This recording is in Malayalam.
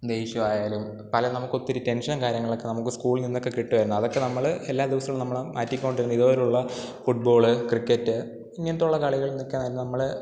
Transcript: ദേഷ്യമായാലും പല നമുക്കൊത്തിരി ടെൻഷൻ കാര്യങ്ങളൊക്കെ നമുക്ക് സ്കൂളിൽ നിന്നൊക്കെ കിട്ടുമായിരുന്നു അതൊക്കെ നമ്മൾ എല്ലാ ദിവസവും നമ്മൾ മാറ്റിക്കൊണ്ട് ഇതു പോലെയുള്ള ഫുട് ബോൾ ക്രിക്കറ്റ് ഇങ്ങനത്തുള്ള കളികളെന്നൊക്കെ ആയിരുന്നു നമ്മൾ